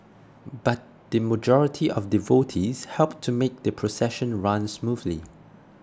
but the majority of devotees helped to make the procession run smoothly